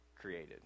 created